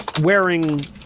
wearing